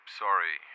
sorry